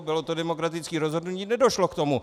Bylo to demokratické rozhodnutí, nedošlo k tomu.